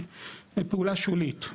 זה פעולה שולית.